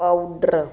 powder